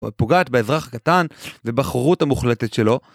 פוגעת באזרח קטן ובחרות המוחלטת שלו.